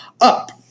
up